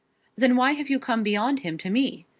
then why have you come beyond him to me?